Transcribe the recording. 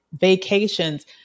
vacations